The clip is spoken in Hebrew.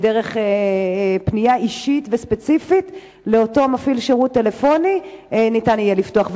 דרך פנייה אישית וספציפית לאותו מפעיל שירות טלפוני ניתן יהיה לפתוח,